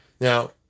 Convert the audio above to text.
Now